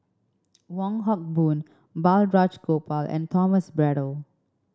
Wong Hock Boon Balraj Gopal and Thomas Braddell